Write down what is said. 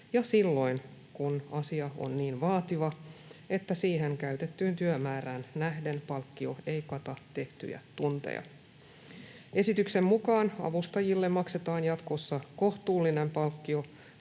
ja silloin, kun asia on niin vaativa, että siihen käytettyyn työmäärään nähden palkkio ei kata tehtyjä tunteja. Esityksen mukaan avustajille maksetaan jatkossa kohtuullinen palkkio